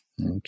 okay